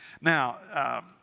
Now